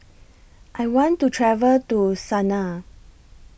I want to travel to Sanaa